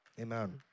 Amen